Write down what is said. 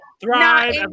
thrive